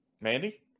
Mandy